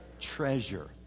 treasure